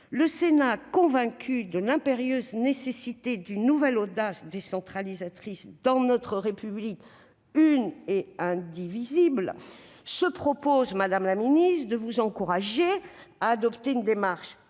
Le Sénat, convaincu de l'impérieuse nécessité d'une nouvelle audace décentralisatrice dans notre République une et indivisible, propose de vous encourager à adopter une démarche